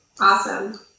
Awesome